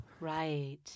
right